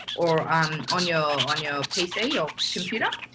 or um on your on your pc or computer.